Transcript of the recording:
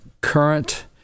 current